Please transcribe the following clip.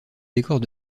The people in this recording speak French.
décors